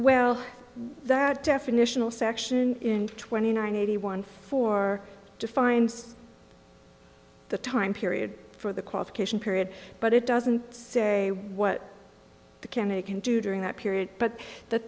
well that definitional section in twenty nine eighty one four defines the time period for the qualification period but it doesn't say what the chemicals do during that period but the